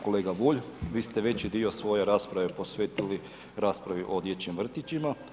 Kolega Bulj, vi ste veći dio svoje rasprave, posvetili, raspravi o dječjim vrtićima.